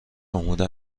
جمهور